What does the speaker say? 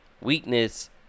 weakness